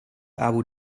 abu